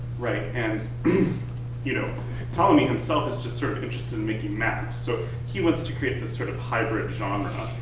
right? and you know ptolemy himself is just sort of interested in making maps. so he wants to create this sort of hybrid genre,